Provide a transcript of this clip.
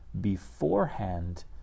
beforehand